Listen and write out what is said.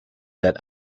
that